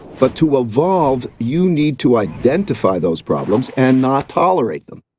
but to evolve, you need to identify those problems and not tolerate them.